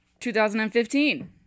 2015